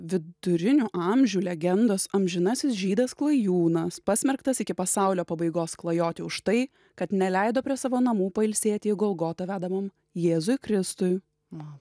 vidurinių amžių legendos amžinasis žydas klajūnas pasmerktas iki pasaulio pabaigos klajoti už tai kad neleido prie savo namų pailsėti į golgotą vedamam jėzui kristui mano